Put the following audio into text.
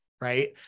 right